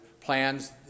plans